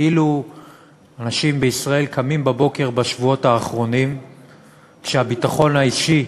כאשר אנשים בישראל קמים בבוקר בשבועות האחרונים כשהביטחון האישי,